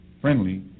friendly